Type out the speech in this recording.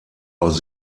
aus